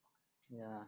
yeah